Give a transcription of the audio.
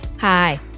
Hi